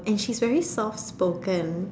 and she's very soft spoken